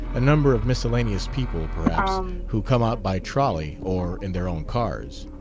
a number of miscellaneous people, perhaps, who come out by trolley or in their own cars.